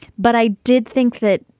but i did think that.